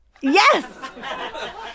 Yes